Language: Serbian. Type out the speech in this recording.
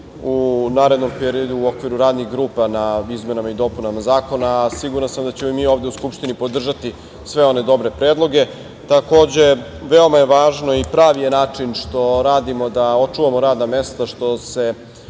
u narednom periodu u okviru radnih grupa na izmenama i dopunama zakona. Siguran sam da ćemo i mi ovde u Skupštini podržati sve one dobre predloge. Takođe, veoma je važno i pravi je način što radimo da očuvamo radna mesta što se